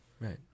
Right